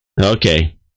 Okay